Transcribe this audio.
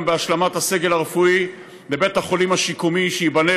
בהשלמת הסגל הרפואי לבית החולים השיקומי שייבנה,